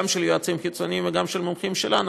גם של יועצים חיצוניים וגם של מומחים שלנו,